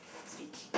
switch